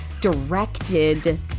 directed